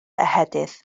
ehedydd